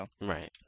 Right